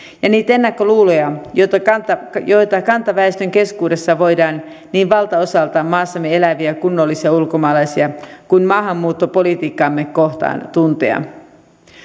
ja niitä ennakkoluuloja joita kantaväestön keskuudessa voidaan niin maassamme eläviä valtaosaltaan kunnollisia ulkomaalaisia kuin maahanmuuttopolitiikkaamme kohtaan tuntea